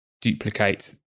duplicate